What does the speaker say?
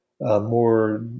more